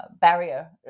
barrier